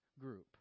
group